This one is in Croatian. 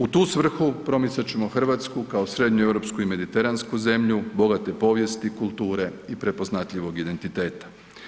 U tu svrhu promicat ćemo RH kao srednjeeuropsku i mediteransku zemlju bogate povijesti i kulture i prepoznatljivog identiteta.